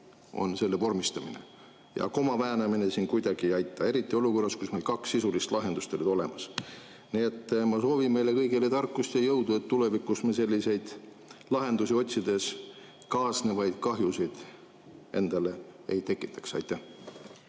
on selle vormistamine. Ja koma väänamine siin kuidagi ei aita, eriti olukorras, kus need kaks sisulist lahendust olid olemas. Nii et ma soovin meile kõigile tarkust ja jõudu, et me tulevikus lahendusi otsides endale selliseid kaasnevaid kahjusid ei tekitaks. Aitäh!